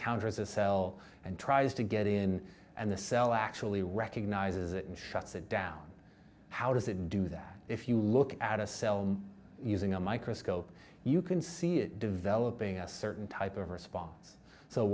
encounters a cell and tries to get in and the cell actually recognizes it and shuts it down how does it do that if you look at a cell i'm using a microscope you can see it developing a certain type of response so